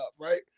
right